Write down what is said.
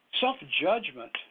Self-judgment